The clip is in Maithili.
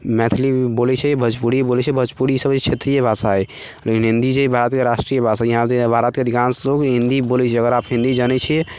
मैथिली भी बोलै छै भोजपुरी भी बोलै छै भोजपुरी ईसभ जे छै क्षेत्रीय भाषा हइ लेकिन हिन्दी जे छै भारतके राष्ट्रीय भाषा छै यहाँ तऽ भारतके अधिकांश लोक हिन्दी बोलै छै अगर आप हिन्दी जानै छियै